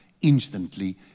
instantly